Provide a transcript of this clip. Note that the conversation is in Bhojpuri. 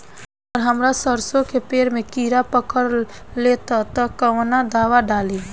अगर हमार सरसो के पेड़ में किड़ा पकड़ ले ता तऽ कवन दावा डालि?